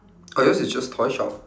oh yours is just toy shop